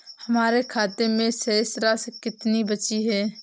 हमारे खाते में शेष राशि कितनी बची है?